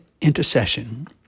intercession